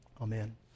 Amen